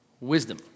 Wisdom